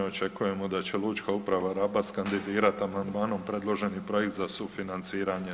Očekujemo da će Lučka uprava Rabac kandidirat amandmanom predloženi projekt za sufinanciranje.